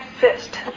fist